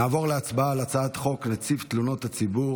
נעבור להצבעה על הצעת חוק נציב תלונות הציבור